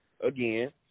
again